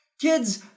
kids